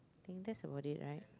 think that's about it right